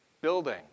building